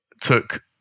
took